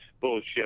bullshit